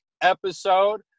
episode